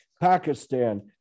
Pakistan